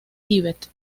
tíbet